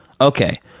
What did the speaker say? Okay